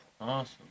Awesome